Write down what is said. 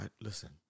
listen